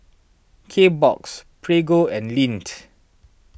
Kbox Prego and Lindt